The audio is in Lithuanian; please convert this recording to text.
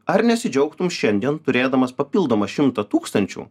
ar nesidžiaugtum šiandien turėdamas papildomą šimtą tūkstančių